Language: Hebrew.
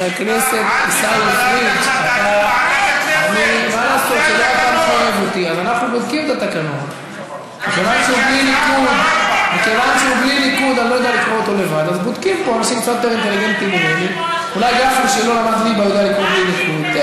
הגיעה השעה 16:00. מכיוון שהוא בלי ניקוד,